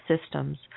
systems